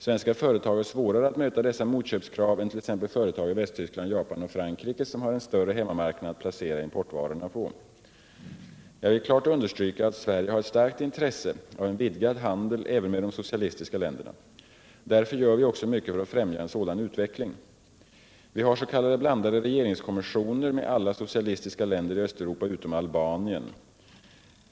Svenska företag har svårare att möta dessa motköpskrav än t.ex. företag i Västtyskland, Japan och Frankrike som har en större hemmamarknad att placera importvarorna på. Jag vill klart understryka att Sverige har ett starkt intresse av en vidgad handel även med de socialistiska länderna. Därför gör vi också mycket för att främja en sådan utveckling. Vi hars.k. blandade regeringskommissioner med alla socialistiska länder i Östeuropa, utom Albanien.